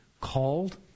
called